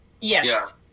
Yes